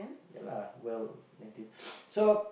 ya lah well maintain so